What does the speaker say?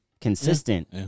consistent